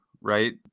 right